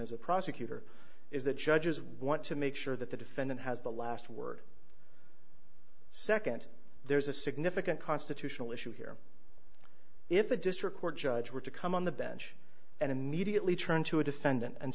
as a prosecutor is that judges want to make sure that the defendant has the last word nd there's a significant constitutional issue here if a district court judge were to come on the bench and immediately turn to a defendant and